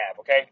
Okay